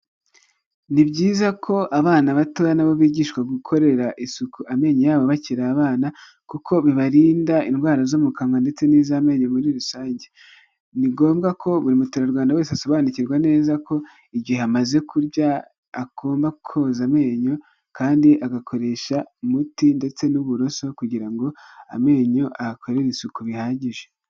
Ni byiza ko abana bato bigishwa gukorera isuku amenyo yabo bakiri abana kuko bibarinda indwara zo mu kanwa ndetse n'izamenyo muri rusange ni ngombwa ko buri muturarwanda wese asobanukirwa neza ko igihe amaze kurya agomba koza amenyo kandi agakoresha umuti ndetse n'uburoso kugira ngo amenyo ayakorere isuku bihagije.